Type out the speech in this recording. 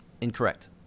Incorrect